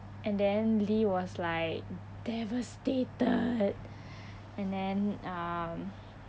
and then lee was like devastated and then um